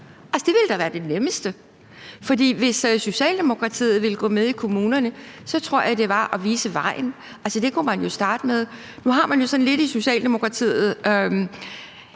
det ville da være det nemmeste, for hvis Socialdemokratiet ville gå med her i kommunerne, tror jeg, det var at vise vejen. Det kunne man jo starte med. Nu har man jo sådan lidt oprør en